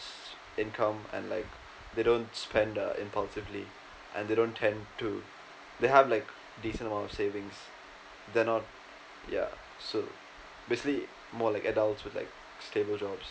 income and like they don't spend uh impulsively and they don't tend to they have like decent amount of savings they're not ya so basically more like adults with like stable jobs